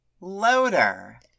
Loader